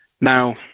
Now